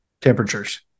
temperatures